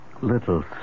Little